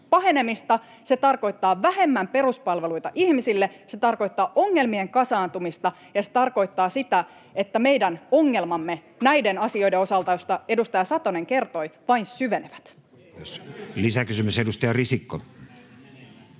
Se tarkoittaa vähemmän peruspalveluita ihmisille, se tarkoittaa ongelmien kasaantumista, ja se tarkoittaa sitä, että meidän ongelmamme näiden asioiden osalta, joista edustaja Satonen kertoi, vain syvenevät. Lisäkysymys, edustaja Risikko.